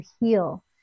heal